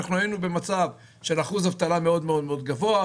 אנחנו היינו במצב של אחוז אבטלה מאוד מאוד מאוד גבוה,